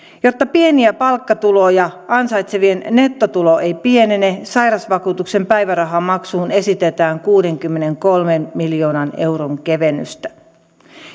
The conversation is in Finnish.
jotta pieniä palkkatuloja ansaitsevien nettotulo ei pienene sairausvakuutuksen päivärahamaksuun esitetään kuudenkymmenenkolmen miljoonan euron kevennystä